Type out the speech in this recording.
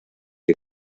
que